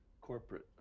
corporate